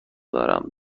دارم